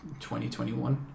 2021